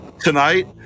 tonight